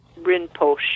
Rinpoche